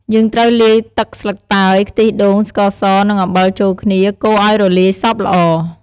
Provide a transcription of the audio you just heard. យើងត្រូវលាយទឹកស្លឹកតើយ ខ្ទិះដូង ស្ករស និងអំបិលចូលគ្នា កូរឲ្យរលាយសព្វល្អ។